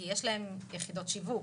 כי יש להן יחידות שיווק,